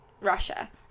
Russia